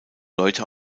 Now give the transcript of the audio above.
leute